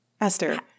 Esther